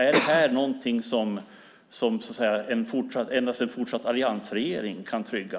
Är en fortsatt framtid för Region Gotland någonting som endast en fortsatt alliansregering kan trygga?